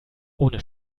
ohne